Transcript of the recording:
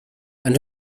and